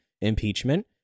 impeachment